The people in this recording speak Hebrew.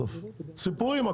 סיפורים,